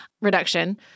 reduction